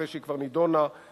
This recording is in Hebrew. אחרי שהיא כבר נדונה בוועדה.